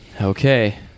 okay